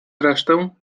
resztę